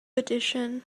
edition